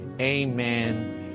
Amen